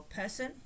person